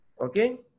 Okay